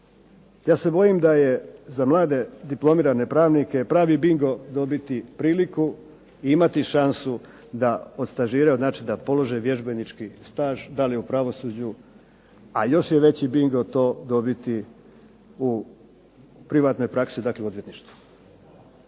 Ja se bojim da je za mlade diplomirane pravnike pravi bingo dobiti priliku i imati šansu da odstažiraju, znači da polože vježbenički staž, da li u pravosuđu. A još je veći bingo dobiti to u privatnoj praksi, dakle odvjetništvu.